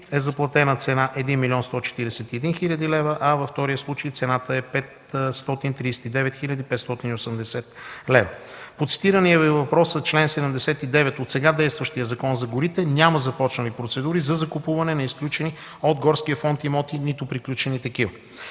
е заплатена цена 1 млн. 141 хил. лв., а във втория случай цената е 539 хил. 580 лв. По цитираният Ви във въпроса чл. 79 от сега действащия Закон за горите няма започнали процедури за закупуване на изключени от горския фонд имоти, нито приключени такива.